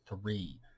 three